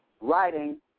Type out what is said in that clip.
writing